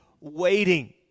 waiting